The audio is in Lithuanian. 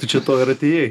tai čia to ir atėjai